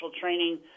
training